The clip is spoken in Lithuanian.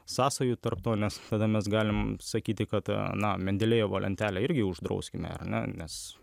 sąsajų tarp to nes tada mes galim sakyti kad na mendelejevo lentelę irgi uždrauskime ar ne nes